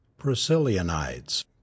Priscillianites